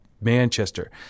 Manchester